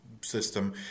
system